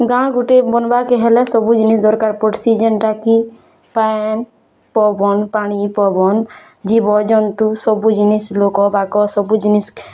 ଗାଁ ଗୁଟେ ବନ୍ବାକେ ହେଲେ ସବୁ ଜିନିଷ୍ ଦରକାର୍ ପଡ଼୍ସି ଯେନ୍ଟା କି ପାନ୍ ପବନ୍ ପାଣି ପବନ୍ ଜୀବଜନ୍ତୁ ସବୁ ଜିନିଷ୍ ଲୋକବାକ ସବୁ ଜିନିଷ୍